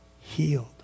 healed